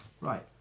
right